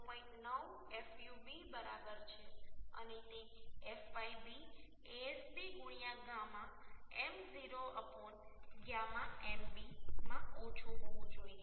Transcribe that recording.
9 fub બરાબર છે અને તે fyb Asb γ m0 γ mb માં ઓછું હોવું જોઈએ